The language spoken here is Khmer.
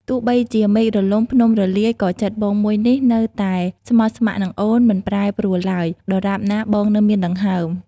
ទោះបីជាមេឃរលំ ភ្នំរលាយ ក៏ចិត្តបងមួយនេះនៅតែស្មោះស្ម័គ្រនឹងអូនមិនប្រែប្រួលឡើយ ដរាបណាបងនៅមានដង្ហើម។